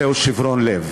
זהו שיברון לב.